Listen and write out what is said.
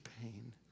pain